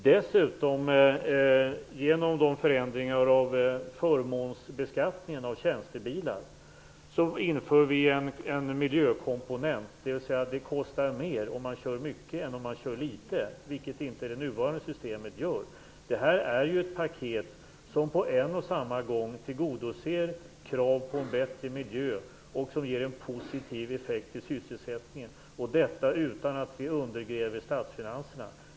Dessutom: Genom förändringarna av förmånsbeskattningen av tjänstebilar inför vi en miljökomponent. Det kostar mer om man kör mycket än om man kör litet, vilket inte är fallet med det nuvarande systemet. Det här är ett paket som på en och samma gång tillgodoser krav på bättre miljö och ger en positiv effekt på sysselsättningen, detta utan att vi undergräver statsfinanserna.